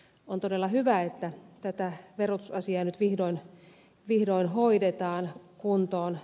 on todella hyvä että tätä verotusasiaa nyt vihdoin hoidetaan kuntoon